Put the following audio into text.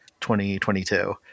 2022